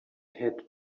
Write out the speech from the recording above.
had